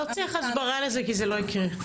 לא צריך הסברה לזה, כי זה לא יקרה.